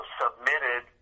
submitted